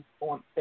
on